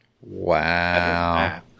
Wow